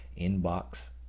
inbox